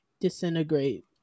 disintegrate